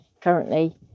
currently